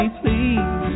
please